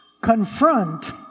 confront